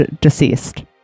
deceased